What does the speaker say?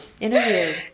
interview